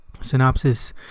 Synopsis